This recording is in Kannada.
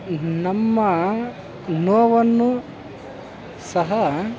ನಮ್ಮ ನೋವನ್ನು ಸಹ